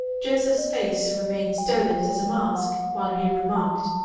joseph's face remained stolid as a mask, while he remarked,